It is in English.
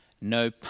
no